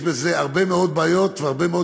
יש בזה הרבה מאוד בעיות והרבה מאוד